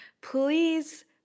please